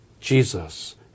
Jesus